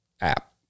app